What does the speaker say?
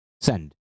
Send